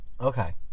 Okay